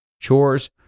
chores